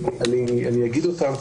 אני אגיד אותם,